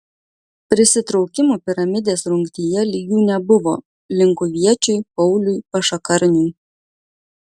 prisitraukimų piramidės rungtyje lygių nebuvo linkuviečiui pauliui pašakarniui